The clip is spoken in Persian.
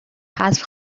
حذف